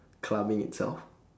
clubbing itself